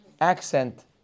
accent